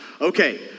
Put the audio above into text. Okay